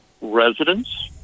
residents